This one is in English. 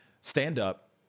stand-up